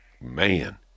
Man